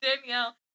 Danielle